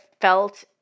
felt